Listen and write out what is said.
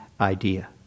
idea